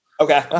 Okay